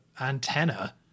Antenna